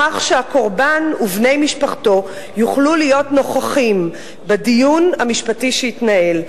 בכך שהקורבן ובני משפחתו יוכלו להיות נוכחים בדיון המשפטי שיתנהל.